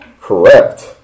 Correct